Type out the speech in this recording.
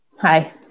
Hi